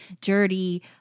dirty